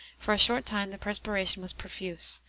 for a short time the perspiration was profuse,